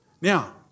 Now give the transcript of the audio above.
Now